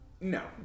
No